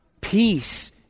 peace